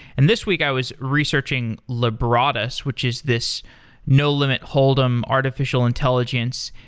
and this week i was researching libratus which is this no limit hold em artificial intelligence.